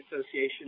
Association